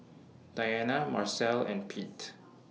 Diana Marcel and Pete